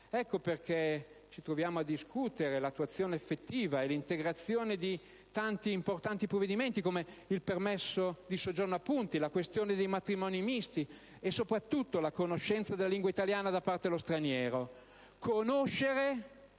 Ecco perché ci troviamo a discutere l'attuazione effettiva e l'integrazione di tanti importanti provvedimenti, come il permesso di soggiorno a punti, la questione dei matrimoni misti e soprattutto la conoscenza della lingua italiana da parte dello straniero.